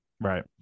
Right